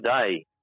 today